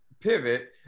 pivot